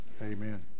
Amen